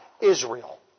Israel